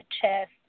chest